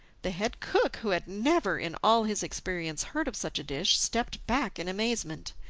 the head cook, who had never in all his experience heard of such a dish, stepped back in amazement.